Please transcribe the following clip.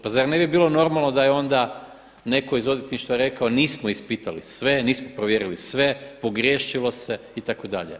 Pa zar ne bi bilo normalno da je netko onda iz odvjetništva rekao nismo ispitali sve, nismo provjerili sve, pogriješilo se itd.